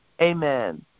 Amen